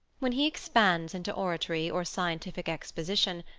when he expands into oratory or scientific exposition,